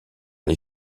les